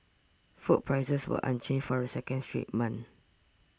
food prices were unchanged for a second straight month